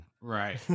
Right